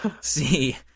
see